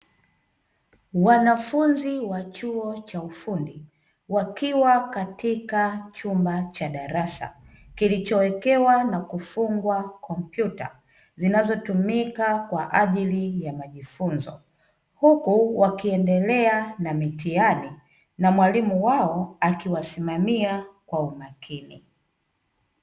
Wanafunzi wa chuo cha ufundi wakiwa katika chumba cha darasa kilichowekewa na kufungwa kompyuta zinazotumika kwa ajili ya majifunzo, huku wakiendelea na mitihani na mwalimu wao akiwasimamia kwa umakini.